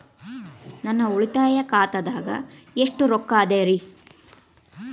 ನನ್ನ ಉಳಿತಾಯ ಖಾತಾದಾಗ ಎಷ್ಟ ರೊಕ್ಕ ಅದ ರೇ?